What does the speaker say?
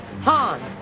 Han